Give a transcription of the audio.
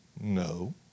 No